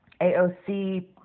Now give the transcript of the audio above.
AOC